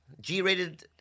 G-rated